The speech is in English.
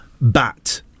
bat